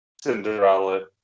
Cinderella